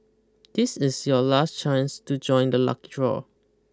this is your last chance to join the lucky draw